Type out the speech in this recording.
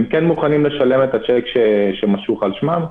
הם כן מוכנים לשלם את הצ'ק שמשוך על שמם.